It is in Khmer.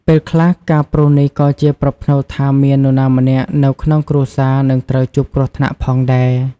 ពេលខ្លះ ការព្រុសនេះក៏ជាប្រផ្នូលថាមាននរណាម្នាក់នៅក្នុងគ្រួសារនឹងត្រូវជួបគ្រោះថ្នាក់ផងដែរ។